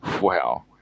Wow